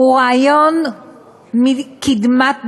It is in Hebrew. הוא רעיון מקדמת דנא,